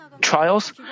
trials